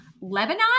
Lebanon